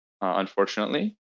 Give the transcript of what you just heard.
unfortunately